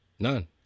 None